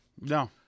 No